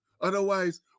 Otherwise